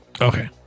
Okay